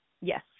Yes